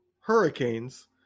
Hurricanes